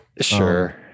Sure